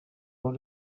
dans